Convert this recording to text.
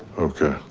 okay